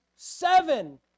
Seven